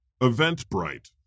Eventbrite